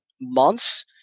months